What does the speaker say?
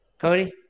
Cody